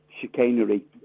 chicanery